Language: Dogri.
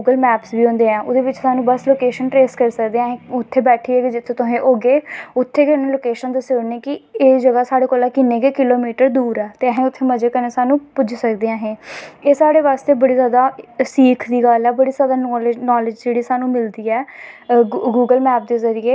ओह्दे च पता वनी केह् केह् चीज़ां पेदियां ओह् मतलव अस पसंद गै नी आंदा ऐ घर दी चीज़ तुस रखगे चाहे दो गवां रक्खो क् के जमीन ते सारें ऐं अस डोगरे बंदे न प्हाड़ी बंदे न इत्तें जमीनां साढ़े कोल सब न पर जमीनां बी खेड़ियां पेदियां न की लोग मैह्नत नी करनां चांह्दे